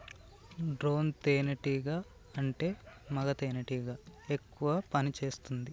drone తేనే టీగా అంటే మగ తెనెటీగ ఎక్కువ పని చేస్తుంది